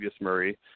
Murray